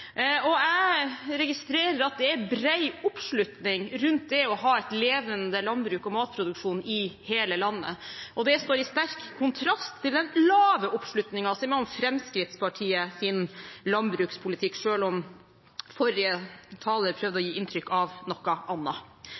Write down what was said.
verdispørsmål. Jeg registrerer at det er bred oppslutning rundt det å ha et levende landbruk og matproduksjon i hele landet. Det står i sterk kontrast til den lave oppslutningen som er om Fremskrittspartiets landbrukspolitikk, selv om forrige taler prøvde å gi inntrykk av noe